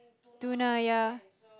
tuna ya